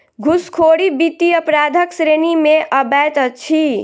घूसखोरी वित्तीय अपराधक श्रेणी मे अबैत अछि